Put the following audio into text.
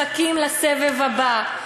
מחכים לסבב הבא,